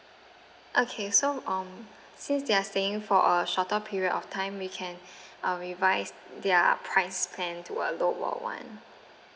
okay so um since they're staying for a shorter period of time we can uh revise their price plan to a lower [one]